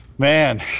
Man